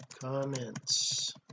comments